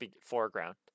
foreground